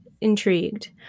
intrigued